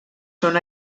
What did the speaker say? són